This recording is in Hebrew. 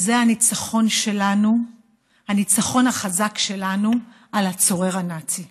וזה הניצחון החזק שלנו על הצורר הנאצי.